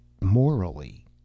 morally